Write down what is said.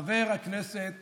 חבר הכנסת